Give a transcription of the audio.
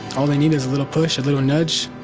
all they need is a little push, a little nudge.